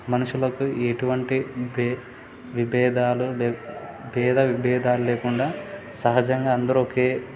మనుషులకు ఎటువంటి బే విభేదాలు భేద విభేదాలు లేకుండా సహజంగా అందరు ఒకే